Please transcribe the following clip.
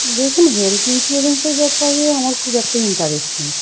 দেখুন হেলথ ইন্সিওরেন্সের ব্যাপারে আমার খুব একটা ইন্টারেস্ট নেই